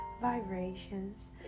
vibrations